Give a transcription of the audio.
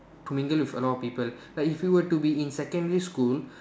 to mingle with a lot of people like if you were to be in secondary school